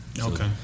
Okay